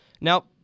Now